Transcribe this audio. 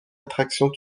attraction